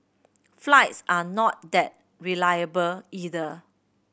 flights are not that reliable either